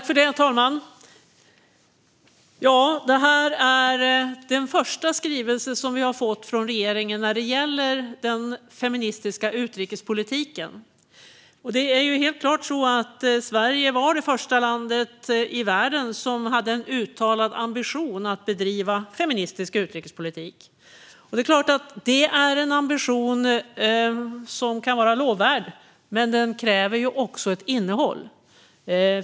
Fru talman! Det här är den första skrivelse som vi har fått från regeringen när det gäller den feministiska utrikespolitiken. Sverige var det första landet i världen som hade en uttalad ambition att bedriva feministisk utrikespolitik. Det är klart att det är en ambition som kan vara lovvärd, men den kräver också ett innehåll.